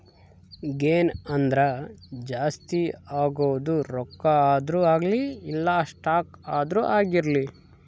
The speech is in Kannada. ಗೇನ್ ಅಂದ್ರ ಜಾಸ್ತಿ ಆಗೋದು ರೊಕ್ಕ ಆದ್ರೂ ಅಗ್ಲಿ ಇಲ್ಲ ಸ್ಟಾಕ್ ಆದ್ರೂ ಆಗಿರ್ಲಿ